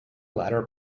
latter